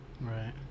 right